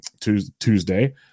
Tuesday